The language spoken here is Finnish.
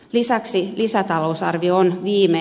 lisäksi lisätalousarvioon viime